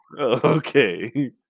Okay